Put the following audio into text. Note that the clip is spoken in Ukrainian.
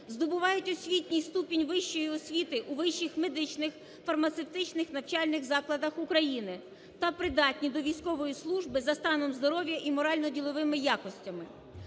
здобувають освітній ступінь вищої освіти у вищих медичних, фармацевтичних навчальних закладах України та придатні до військової служби за станом здоров'я і морально-діловими якостями.